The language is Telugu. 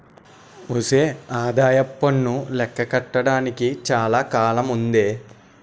ఒసే ఆదాయప్పన్ను లెక్క కట్టడానికి చాలా కాలముందే